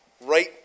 right